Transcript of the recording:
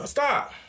Stop